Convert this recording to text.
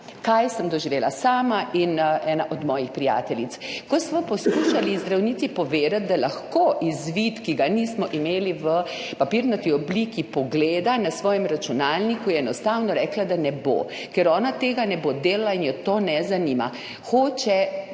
kaj sem doživela sama in ena od mojih prijateljic? Ko smo poskušali zdravniki povedati, da lahko izvid, ki ga nismo imeli v papirnati obliki, pogleda na svojem računalniku, je enostavno rekla, da ne bo, ker ona tega ne bo delala in je to ne zanima, hoče